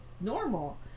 normal